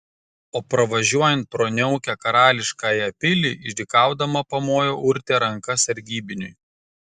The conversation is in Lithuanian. o pravažiuojant pro niaukią karališkąją pilį išdykaudama pamojo urtė ranka sargybiniui